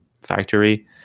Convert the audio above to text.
factory